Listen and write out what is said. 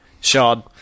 Sean